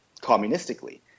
communistically